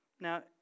Now